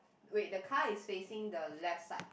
wait the car is facing the left side